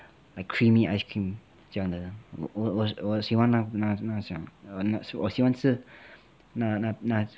like creamy ice cream 这样的我我我喜欢那种我喜欢吃那那那